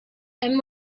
and